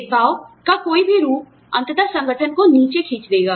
भेदभाव का कोई भी रूपअंततः संगठन को नीचे खींच देगा